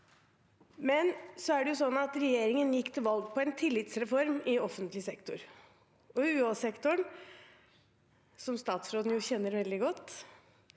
i sitt innlegg. Regjeringen gikk til valg på en tillitsreform i offentlig sektor, og UH-sektoren, som statsråden kjenner veldig godt,